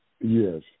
Yes